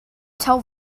tell